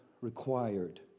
required